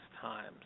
times